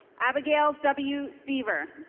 abigail w. stever.